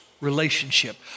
relationship